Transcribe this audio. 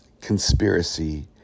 conspiracy